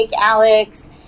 Alex